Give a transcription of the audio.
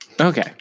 Okay